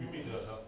ya